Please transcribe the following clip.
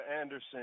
Anderson